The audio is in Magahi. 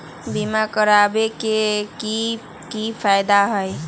बीमा करबाबे के कि कि फायदा हई?